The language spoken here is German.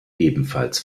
ebenfalls